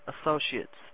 associates